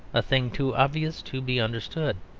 a thing too obvious to be understood.